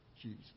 Jesus